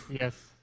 Yes